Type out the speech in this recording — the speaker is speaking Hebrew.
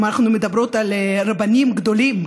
אם אנחנו מדברות על רבנים גדולים,